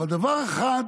אבל דבר אחד